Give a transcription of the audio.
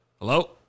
Hello